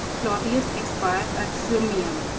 claudius expired at sirmium,